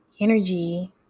energy